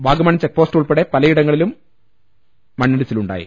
Vagamon check പോസ്റ്റുൾപ്പെടെ പലയിടങ്ങളിലും മണ്ണിടിച്ചിലു ണ്ടായി